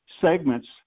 segments